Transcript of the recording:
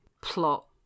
plot